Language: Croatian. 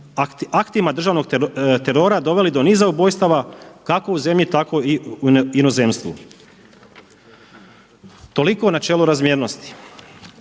aktima državnog terora doveli do niza ubojstava kako u zemlji tako i u inozemstvu. Toliko o načelu razmjernosti.